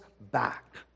back